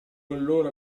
allora